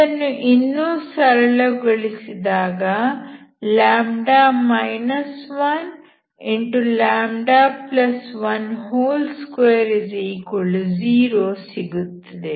ಇದನ್ನು ಇನ್ನೂ ಸರಳಗೊಳಿಸಿದಾಗ λ 1λ120 ಸಿಗುತ್ತದೆ